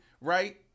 Right